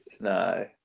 no